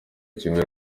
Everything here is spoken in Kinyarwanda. kimwe